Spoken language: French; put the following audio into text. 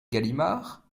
galimard